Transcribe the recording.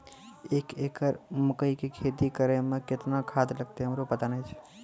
एक एकरऽ मकई के खेती करै मे केतना खाद लागतै हमरा पता नैय छै?